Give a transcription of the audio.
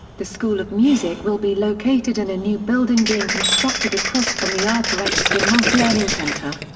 the school of music will be located in a new building being constructed across from the arthur s. demoss learning center.